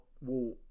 War